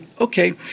okay